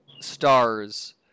stars